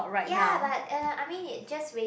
ya but uh I mean it just raise